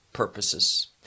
purposes